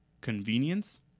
convenience